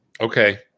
Okay